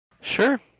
Sure